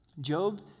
Job